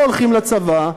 לא הולכים לצבא,